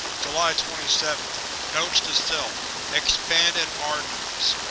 july twenty seventh notes to self expand in r. notes!